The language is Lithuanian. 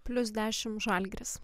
plius dešim žalgiris